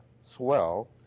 swell